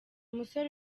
musore